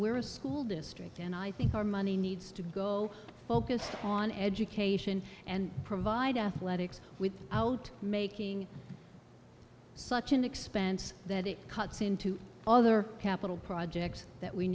where a school district and i think our money needs to go focus on education and provide athletics with out making such an expense that it cuts into other capital projects that we